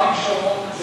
אריק שרון,